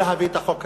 לא, זה לא נכון.